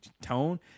tone